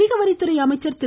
வணிக வரித்துறை அமைச்சர் திரு